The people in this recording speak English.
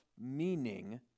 meaning